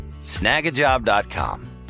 Snagajob.com